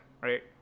Right